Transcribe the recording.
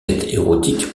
érotique